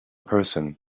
person